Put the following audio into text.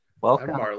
Welcome